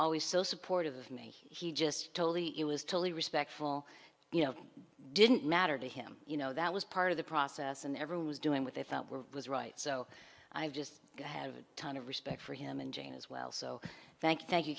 always so supportive of me he just told me it was totally respectful you know didn't matter to him you know that was part of the process and everyone was doing what they felt were was right so i just have a ton of respect for him and jane as well so thank you thank you